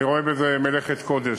אני רואה בזה מלאכת קודש,